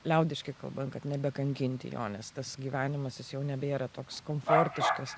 liaudiškai kalbant kad nebekankinti jo nes tas gyvenimas jis jau nebėra toks komfortiškas